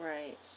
Right